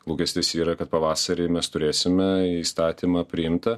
lūkestis yra kad pavasarį mes turėsime įstatymą priimtą